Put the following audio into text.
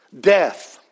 death